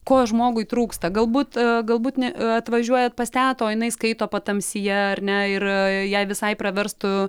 ko žmogui trūksta galbūt galbūt ne atvažiuojat pas tetą o jinai skaito patamsyje ar ne ir jai visai praverstų